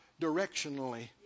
directionally